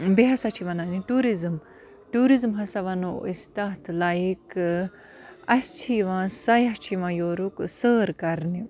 بیٚیہِ ہَسا چھِ وَنان یہِ ٹوٗرِزٕم ٹوٗرِزٕم ہَسا وَنو أسۍ تَتھ لایک اَسہِ چھِ یِوان سَیاح چھِ یِوان یورُک سٲر کَرنہِ